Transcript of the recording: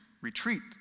retreat